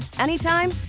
anytime